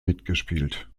mitgespielt